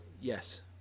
Yes